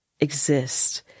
exist